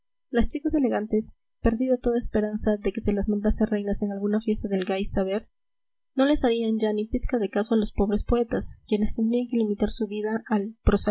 las chicas elegantes perdida toda esperanza de que se las nombrase reinas en alguna fiesta del gay saber no les harían ya ni pizca de caso a los pobres poetas quienes tendrían que limitar su vida al